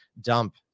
dump